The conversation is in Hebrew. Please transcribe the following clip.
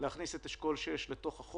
להכניס את אשכול 6 לחוק.